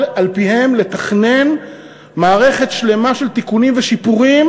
על-פיהם לתכנן מערכת שלמה של תיקונים ושיפורים,